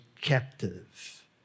captive